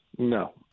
No